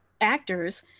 actors